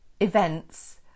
events